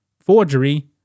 forgery